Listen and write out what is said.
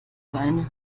beine